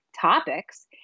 topics